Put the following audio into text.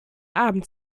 abend